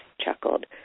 chuckled